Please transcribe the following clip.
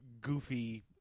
goofy